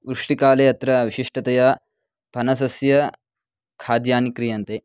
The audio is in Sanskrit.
वृष्टिकाले अत्र विशिष्टतया फनसस्य खाद्यानि क्रियन्ते